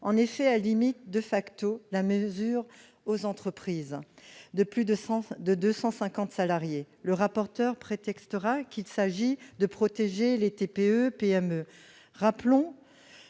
En effet, elle limite la mesure aux entreprises de plus de 250 salariés. Le rapporteur prétextera qu'il s'agit de protéger les TPE-PME.